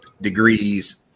degrees